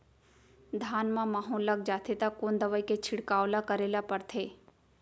धान म माहो लग जाथे त कोन दवई के छिड़काव ल करे ल पड़थे?